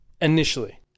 Initially